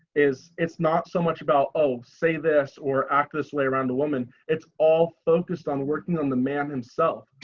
is it's not so much about oh, say this or act this way around the woman, it's all focused on working on the man himself.